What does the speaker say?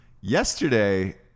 yesterday